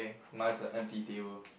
mine's a empty table